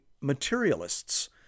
materialists